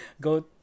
go